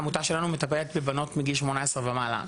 העמותה שלנו מטפלת בבנות מגיל 18 ומעלה.